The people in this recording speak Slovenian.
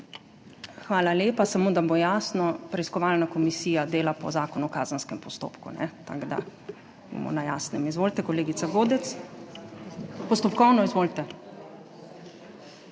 Hvala lepa. Samo da bo jasno, preiskovalna komisija dela po Zakonu o kazenskem postopku, tako da bomo na jasnem. Izvolite, kolegica Godec …/ oglašanje iz klopi/